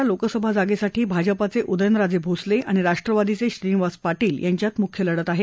सातारा लोकसभा जागेसाठी भाजपाचे उदयनराजे भोसले आणि राष्ट्रवादीचे श्रीनिवास पाटील यांच्यात मुख्य लढत आहे